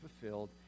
fulfilled